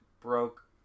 broke